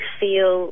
feel